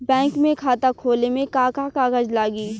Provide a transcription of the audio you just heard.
Bank में खाता खोले मे का का कागज लागी?